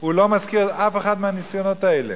הוא לא מזכיר אף אחד מהניסיונות האלה.